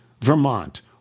Vermont